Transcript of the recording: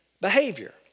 Behavior